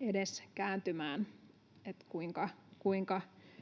edes kääntymään — että kuinka